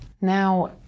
Now